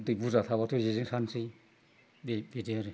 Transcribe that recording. दै बुरजा थाब्लाथ' जेजों सारनोसै दै गेदेर